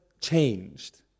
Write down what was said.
changed